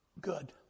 Good